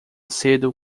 cedo